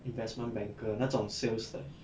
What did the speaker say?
investment banker 那种 sales 的